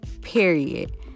period